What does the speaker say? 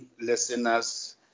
listeners